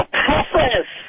process